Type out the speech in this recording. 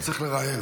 לא צריך לראיין.